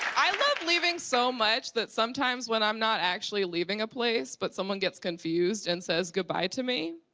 i love leaving so much that sometimes when i'm not actually leaving a place but someone gets confused and says good-bye to me,